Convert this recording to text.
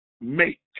make